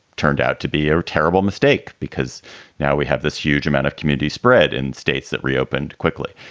turned out to be a terrible mistake because now we have this huge amount of community spread in states that re-opened quickly.